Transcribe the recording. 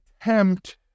attempt